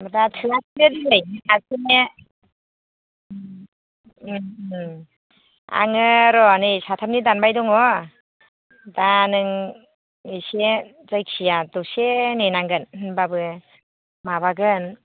दा थोआसैनो दिनै सासेनो उम आङो र' नै साथामनि दाननाय दङ दा नों एसे जायखिजाया दसे नेनांगोन होमबाबो माबागोन